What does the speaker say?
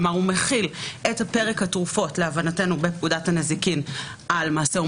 כלומר הוא מחיל את פרק התרופות להבנתנו בפקודת הנזיקין על מעשה או